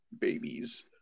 babies